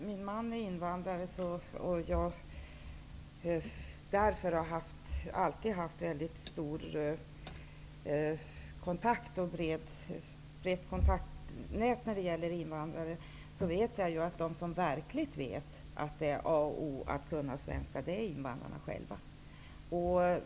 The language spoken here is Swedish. Herr talman! Eftersom min man är invandrare har jag alltid haft ett brett kontaktnät när det gäller invandrare. De som verkligen vet att det är a och o att lära sig svensk är invandrarna själva.